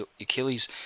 Achilles